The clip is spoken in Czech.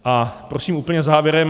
A prosím úplně závěrem.